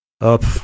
up